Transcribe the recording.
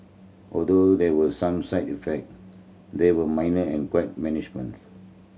although there were some side effect they were minor and quite